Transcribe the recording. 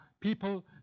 people